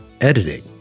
editing